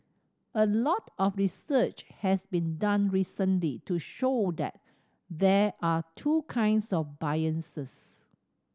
a lot of research has been done recently to show that there are two kinds of biases